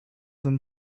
them